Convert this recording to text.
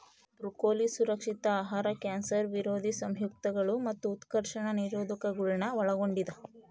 broccoli ಸುರಕ್ಷಿತ ಆಹಾರ cancer ವಿರೋಧಿ ಸಂಯುಕ್ತಗಳು ಮತ್ತು ಉತ್ಕರ್ಷಣ ನಿರೋಧಕಗುಳ್ನ ಒಳಗೊಂಡಿದ